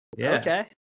okay